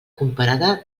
comparada